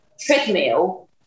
treadmill